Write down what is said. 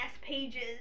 pages